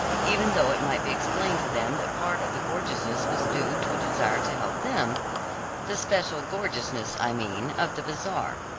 even though it might be explained to them that part of the gorgeousness was due to a desire to help them the special gorgeousness, i mean, of the bazaar.